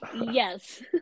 yes